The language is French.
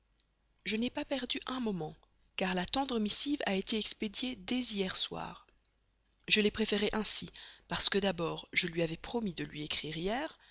je n'ai pas perdu un moment car la tendre missive a été expédiée dès hier au soir je l'ai préféré ainsi d'abord parce que je lui avais en effet promis de lui écrire